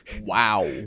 Wow